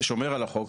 ששומר על החוק,